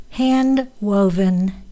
hand-woven